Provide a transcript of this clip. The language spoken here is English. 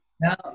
Now